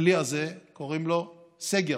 ולכלי הזה קוראים סגר.